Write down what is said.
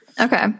Okay